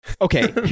okay